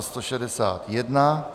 161.